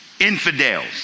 infidels